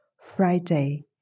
Friday